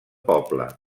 poble